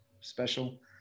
special